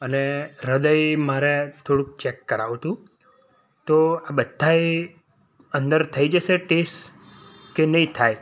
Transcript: અને હ્યદય મારે થોડુંક ચેક કરાવું તું તો આ બધાય અંદર થઈ જશે ટેસ કે નઈ થાય